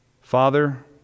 Father